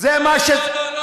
לא לא לא.